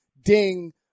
Ding